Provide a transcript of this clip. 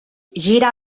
gira